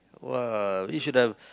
[wah] he should have